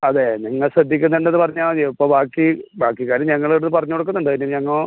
അതെ നിങ്ങൾ ശ്രദ്ധിക്കുന്നുണ്ടെന്ന് പറഞ്ഞാൽ മതിയോ ഇപ്പോൾ ബാക്കി ബാക്കി കാര്യം ഞങ്ങൾ ഇവിടുന്ന് പറഞ്ഞ് കൊടുക്കുന്നുണ്ട് അതിന് ഞങ്ങൾ